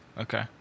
Okay